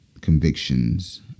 convictions